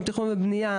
עם תכנון ובנייה.